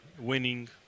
winning